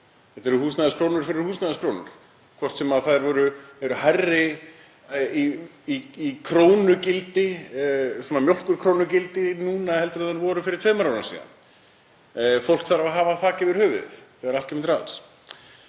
Þetta eru húsnæðiskrónur fyrir húsnæðiskrónur, hvort sem þær eru hærri í krónugildi, svona mjólkurkrónugildi, núna en þær voru fyrir tveimur árum síðan. Fólk þarf að hafa þak yfir höfuðið þegar allt kemur til alls.